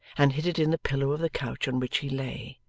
and hid it in the pillow of the couch on which he lay.